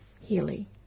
Healy